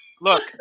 Look